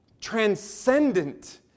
transcendent